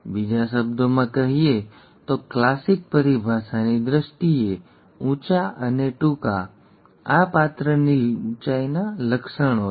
બીજા શબ્દોમાં કહીએ તો ક્લાસિક પરિભાષાની દ્રષ્ટિએ ઊંચા અને ટૂંકા આ પાત્રની ઊંચાઈના લક્ષણો છે